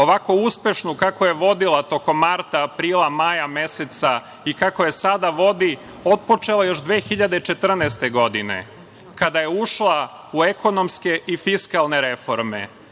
ovako uspešnu kako je vodila tokom marta, aprila, maja meseca i kako je sada vodi, otpočela još 2014. godine, kada je ušla u ekonomske i fiskalne reforme,